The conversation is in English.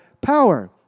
power